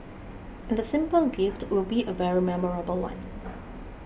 and the simple gift will be a very memorable one